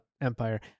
Empire